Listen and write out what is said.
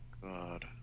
God